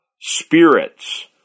spirits